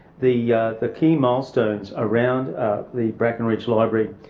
the the key milestones around the brackenridge library